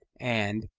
and,